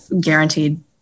guaranteed